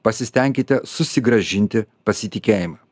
pasistenkite susigrąžinti pasitikėjimą